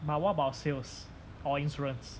but what about sales or insurance